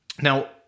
Now